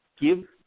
give